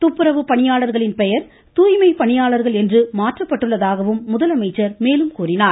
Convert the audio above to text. துப்புரவு பணியாளர்களின் பெயர் தூய்மை பணியாளர்கள் என்று மாற்றப்பட்டுள்ளதாகவும் முதலமைச்சர் மேலும் கூறினார்